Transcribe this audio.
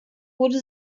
wurde